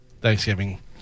Thanksgiving